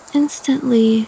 instantly